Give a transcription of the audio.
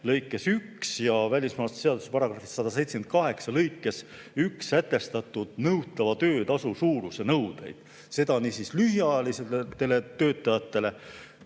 lõiget 1 ja välismaalaste seaduse § 178 lõikes 1 sätestatud nõutava töötasu suuruse nõudeid. Seda nii lühiajalisetele töötajatele